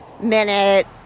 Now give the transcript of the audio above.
minute